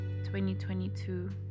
2022